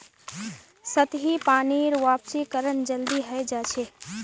सतही पानीर वाष्पीकरण जल्दी हय जा छे